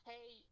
Hey